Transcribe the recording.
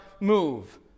move